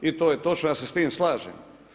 I to je točno, ja se s tim slažem.